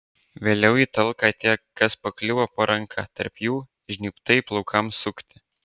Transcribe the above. vėliau į talką atėjo kas pakliuvo po ranka tarp jų žnybtai plaukams sukti